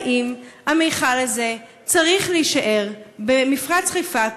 האם המכל הזה צריך להישאר במפרץ חיפה,